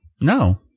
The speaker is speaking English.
No